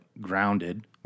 grounded